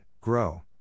grow